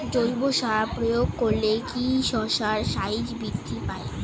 জৈব সার প্রয়োগ করলে কি শশার সাইজ বৃদ্ধি পায়?